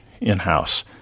in-house